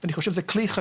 אני חושב שזה חשוב,